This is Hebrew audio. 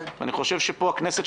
אני חושבת שהכנסת,